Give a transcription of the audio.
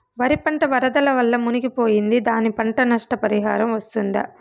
వరి పంట వరదల వల్ల మునిగి పోయింది, దానికి పంట నష్ట పరిహారం వస్తుందా?